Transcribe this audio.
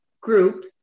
group